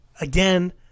again